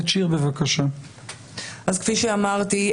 אז כפי שאמרתי,